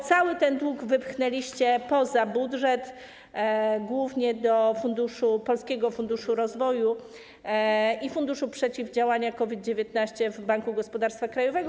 Cały ten dług wypchnęliście poza budżet, głównie do Polskiego Funduszu Rozwoju i Funduszu Przeciwdziałania COVID-19 w Banku Gospodarstwa Krajowego.